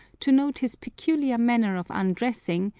to note his peculiar manner of undressing,